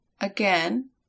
Again